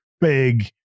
big